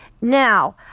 Now